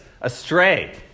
astray